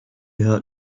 heard